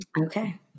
Okay